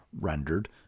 rendered